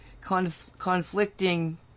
conflicting